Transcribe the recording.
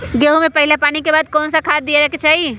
गेंहू में पहिला पानी के बाद कौन खाद दिया के चाही?